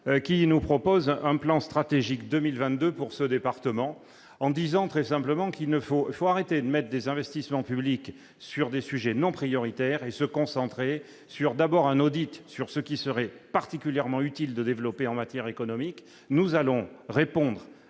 qui nous propose un plan stratégique 2022 pour ce département. Il nous indique qu'il faut arrêter de consacrer des investissements publics à des sujets non prioritaires, et faire un audit sur ce qu'il serait particulièrement utile de développer en matière économique. Nous allons répondre